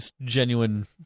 genuine